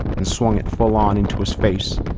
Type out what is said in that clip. and swung it full on into his face.